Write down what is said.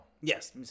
Yes